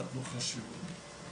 נתנו חשיבות לנושא הנוער,